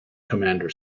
commander